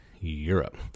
Europe